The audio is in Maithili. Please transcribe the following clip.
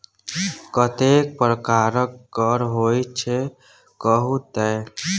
कतेक प्रकारक कर होइत छै कहु तए